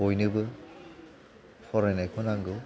बयनोबो फरायनायखौ नांगौ